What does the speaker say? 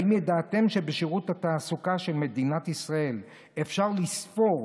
האם ידעתם שבשירות התעסוקה של מדינת ישראל אפשר לספור